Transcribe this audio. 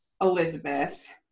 Elizabeth